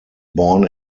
born